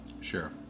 Sure